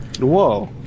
Whoa